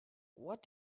what